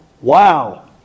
Wow